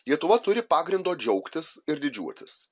lietuva turi pagrindo džiaugtis ir didžiuotis